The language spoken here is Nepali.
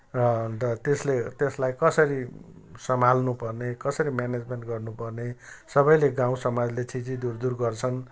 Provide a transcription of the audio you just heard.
र अन्त त्यसले त्यसलाई कसरी सम्हाल्न पर्ने कसरी म्यानेजमेन्ट गर्नपर्ने सबैले गाउँ समाजले छिः छिः दुरः दुरः गर्छन्